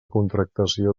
contractació